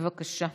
בבקשה.